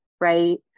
right